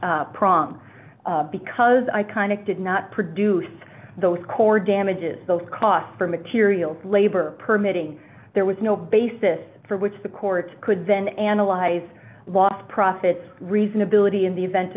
prong because i kind of did not produce those core damages those costs are material labor permitting there was no basis for which the court could then analyze lost profits reasonability in the event